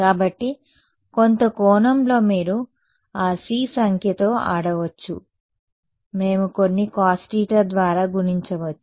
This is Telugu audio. కాబట్టి కొంత కోణం లో మీరు ఆ c సంఖ్యతో ఆడవచ్చు మేము కొన్ని cos θ ద్వారా గుణించవచ్చు